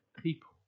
people